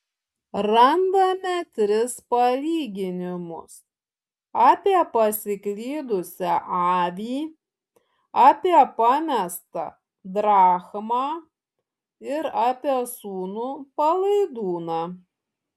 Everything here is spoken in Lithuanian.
randame tris palyginimus apie pasiklydusią avį apie pamestą drachmą ir apie sūnų palaidūną